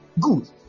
Good